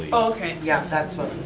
ah okay, yeah that's what,